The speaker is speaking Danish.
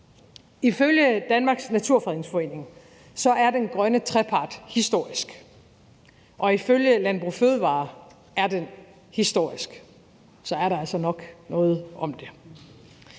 Ifølge Danmarks Naturfredningsforening er den grønne trepart historisk, og også ifølge Landbrug & Fødevarer er den historisk. Så er der altså nok noget om det.